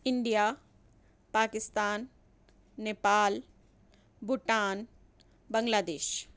India Pakistan Nepal Bhutan بنگلہ دیش